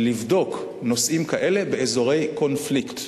לבדוק נושאים כאלה באזורי קונפליקט,